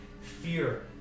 fear